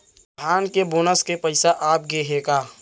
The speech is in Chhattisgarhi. धान के बोनस के पइसा आप गे हे का?